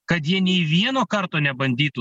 kad jie nei vieno karto nebandytų